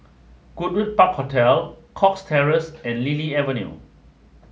Goodwood Park Hotel Cox Terrace and Lily Avenue